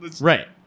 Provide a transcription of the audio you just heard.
Right